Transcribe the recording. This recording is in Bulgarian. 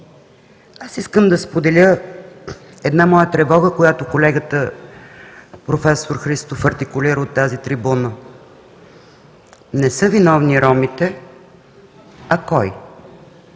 Аз искам да споделя една моя тревога, която колегата проф. Христов артикулира от тази трибуна. Не са виновни ромите, а кой?